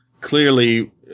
clearly